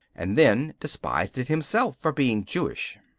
and then despised it himself for being jewish.